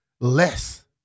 less